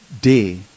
day